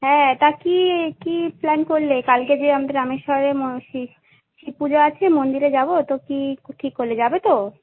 হ্যাঁ তা কী কী প্ল্যান করলে কালকে যে আমাদের রামেশ্বরের শিব পুজো আছে মন্দিরে যাব তো কী ঠিক করলে যাবে তো